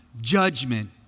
judgment